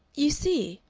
you see,